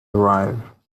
arrive